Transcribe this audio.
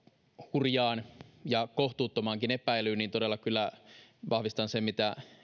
hurjaan ja kohtuuttomaankin epäilyyn todella kyllä vahvistan sen mitä